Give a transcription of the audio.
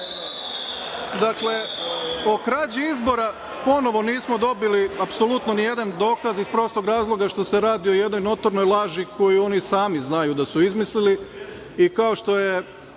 Dakle, o krađi izbora. Ponovo nismo dobili apsolutno ni jedan dokaz iz prostog razloga što se radi o jednoj notornoj laži koju oni sami znaju da su izmislili. Kao što je